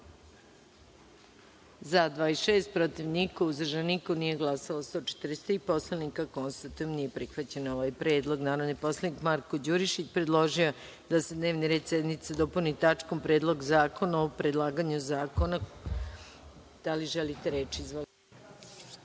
– 26, protiv - niko, uzdržanih – nema, nije glasalo 143 poslanika. Konstatujem da nije prihvaćen ovaj predlog. Narodni poslanik Marko Đurišić je predložio da se dnevni red sednice dopuni tačkom Predlog zakona o predlaganju zakona. Da li želite reč? Izvolite.